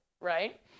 right